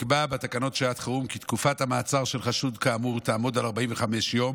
נקבע בתקנות שעת חירום כי תקופת המעצר של חשוד כאמור תעמוד על 45 יום,